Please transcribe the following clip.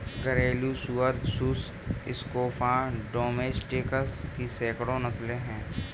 घरेलू सुअर sus scrofa domesticus की सैकड़ों नस्लें हैं